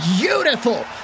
beautiful